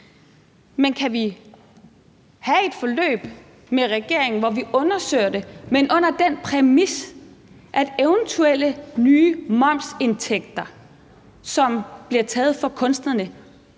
vi kan have et forløb med regeringen, hvor vi undersøger det, men på den præmis, at eventuelle nye momsindtægter, som bliver taget fra kunstnerne,